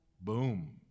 boom